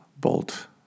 bolt